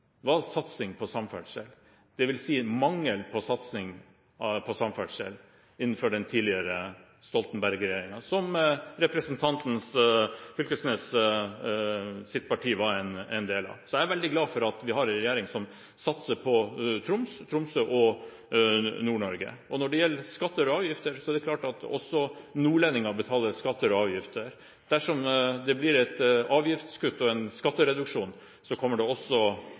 den tidligere Stoltenberg-regjeringen, som representanten Knag Fylkesnes’ parti var en del av. Så jeg er veldig glad for at vi har en regjering som satser på Troms, Tromsø og Nord-Norge. Når det gjelder skatter og avgifter, betaler også nordlendinger betaler skatter og avgifter. Dersom det blir et avgiftskutt og en skattereduksjon, kommer det også